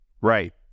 Right